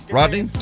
Rodney